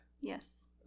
yes